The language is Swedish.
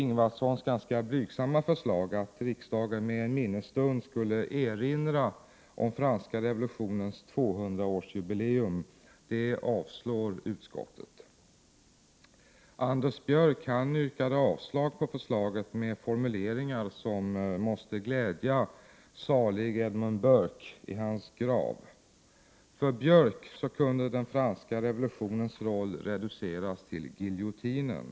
Mitt och Margöé Ingvardssons blygsamma förslag att riksdagen skulle erinra om franska revolutionens 200-årsjubileum med en minnesstund avstyrks av utskottet. Anders Björck yrkade avslag på förslaget med formuleringar som måste glädja salig Edmund Burke i hans grav. Enligt Björck kunde franska revolutionens roll reduceras till giljotinen.